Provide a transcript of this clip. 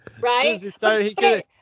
Right